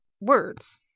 words